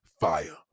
fire